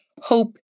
hope